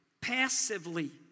passively